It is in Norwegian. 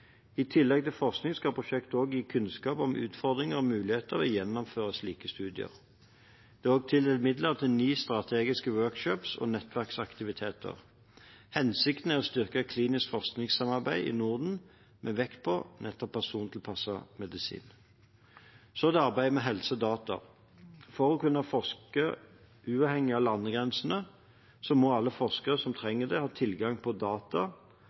I tillegg til forskning skal prosjektene også gi kunnskap om utfordringer og muligheter ved å gjennomføre slike studier. Det er også tildelt midler til ni strategiske workshops og nettverksaktiviteter. Hensikten er å styrke klinisk forskningssamarbeid i Norden, med vekt på nettopp persontilpasset medisin. Så til arbeidet med helsedata: For å kunne forske uavhengig av landegrensene må alle forskere som trenger det, ha tilgang på data,